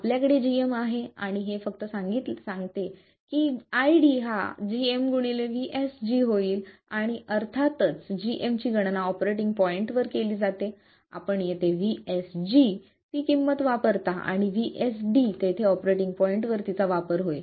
आपल्याकडे gm आहे आणि हे फक्त सांगते की iD हा gmvSG होईल आणि अर्थातच gm ची गणना ऑपरेटिंग पॉईंटवर केली जाते आपण येथे VSG ती किंमत वापरता आणि VSD तेथे ऑपरेटिंग पॉईंटवर तिचा वापर होईल